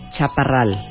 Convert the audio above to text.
Chaparral